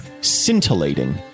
scintillating